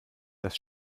das